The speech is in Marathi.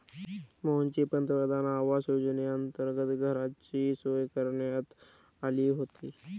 मोहनची पंतप्रधान आवास योजनेअंतर्गत घराची सोय करण्यात आली होती